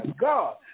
God